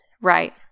Right